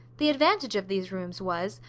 the advantage of these rooms was,